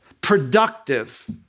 productive